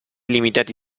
limitati